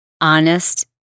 honest